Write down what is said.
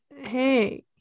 hey